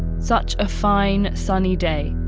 such a fine, sunny day,